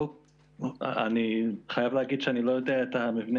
אני חייב להגיד שאני לא יודע את המבנה